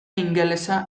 ingelesa